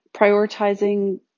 prioritizing